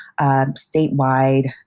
statewide